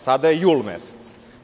Sada je jul mesec.